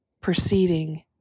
proceeding